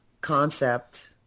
concept